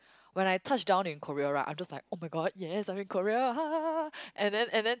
when I touched down in Korea right I'm just like oh-my-god yes I'm in Korea and then and then